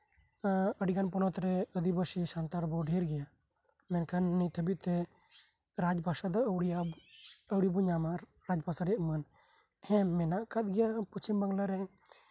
ᱟᱹᱰᱤᱜᱟᱱ ᱯᱚᱱᱚᱛᱨᱮ ᱟᱹᱫᱤᱵᱟᱹᱥᱤ ᱥᱟᱱᱛᱟᱲ ᱵᱚᱱ ᱰᱷᱮᱨ ᱜᱮᱭᱟ ᱢᱮᱱᱠᱷᱟᱱ ᱱᱤᱛᱦᱚᱸ ᱨᱟᱡᱽ ᱵᱷᱟᱥᱟ ᱫᱚ ᱟᱹᱣᱨᱤ ᱵᱚᱱ ᱧᱟᱢᱟ ᱨᱟᱡᱽ ᱵᱷᱟᱥᱟ ᱨᱮᱭᱟᱜ ᱢᱟᱹᱱ ᱦᱮᱸ ᱢᱮᱱᱟᱜ ᱟᱠᱟᱫ ᱜᱮᱭᱟ ᱯᱚᱥᱪᱷᱤᱢ ᱵᱟᱝᱞᱟᱨᱮ